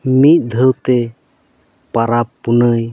ᱢᱤᱫ ᱫᱷᱟᱹᱣᱛᱮ ᱯᱟᱨᱟᱵᱽ ᱯᱩᱱᱟᱹᱭ